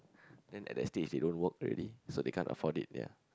then at that stage they don't work already so they can't afford it ya